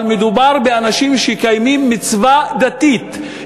אבל מדובר באנשים שמקיימים מצווה דתית.